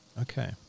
okay